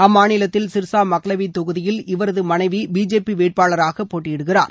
அம்மாநிலத்தில் சிர்ஸா மக்களவை தொகுதியில் இவரது மனைவி பிஜேபி வேட்பாளராக போட்டியிடுகிறார்